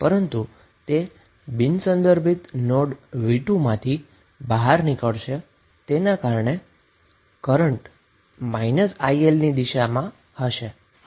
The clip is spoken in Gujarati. પરંતુ તે નોન રેફરન્સ નોડ v2 માંથી બહાર નીકળશે તેને કારણે જ કરન્ટ iLની દિશા આ દિશામાં હશે